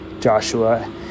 Joshua